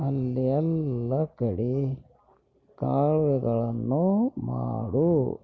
ಅಲ್ಲಿ ಎಲ್ಲ ಕಡೆ ಕಾಲುವೆಗಳನ್ನು ಮಾಡು